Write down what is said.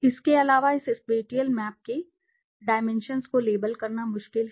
इसके अलावा इस स्पेटिअल मैप के डाइमेंशन्स को लेबल करना मुश्किल है